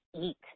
eat